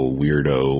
weirdo